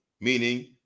meaning